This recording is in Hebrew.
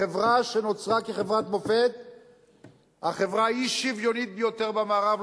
חברה שנוצרה כחברת מופת היא החברה האי-שוויונית ביותר במערב,